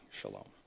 shalom